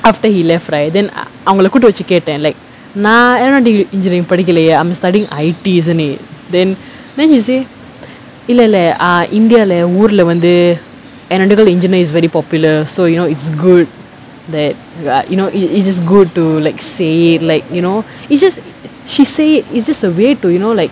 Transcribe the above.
after he left right then ah அவங்கள கூட்டு வச்சு கேட்ட:avangala kootu vachu kettaa like நா:naa aeronautical engineering படிக்கலயே:padikalayae I'm studying I_T isn't it then then he say இல்ல இல்ல:illa illa ah இங்கல ஊர்ல வந்து:ingala oorla vanthu aeronautical engineer is very popular so you know it's good that you know it it's good to like say it like you know it's just she say it's just a way to you know like